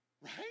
Right